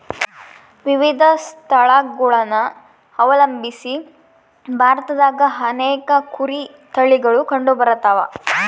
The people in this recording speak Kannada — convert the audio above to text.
ವಿವಿಧ ಸ್ಥಳಗುಳನ ಅವಲಂಬಿಸಿ ಭಾರತದಾಗ ಅನೇಕ ಕುರಿ ತಳಿಗುಳು ಕಂಡುಬರತವ